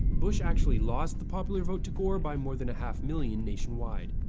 bush actually lost the popular vote to gore by more than a half million nationwide.